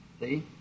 See